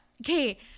Okay